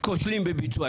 כושלים בביצוע.